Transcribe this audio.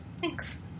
Thanks